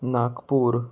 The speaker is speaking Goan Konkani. नागपूर